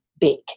big